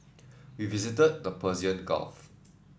we visited the Persian Gulf